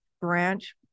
branch